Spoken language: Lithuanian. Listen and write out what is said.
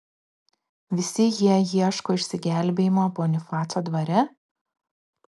visi jie ieško išsigelbėjimo bonifaco dvare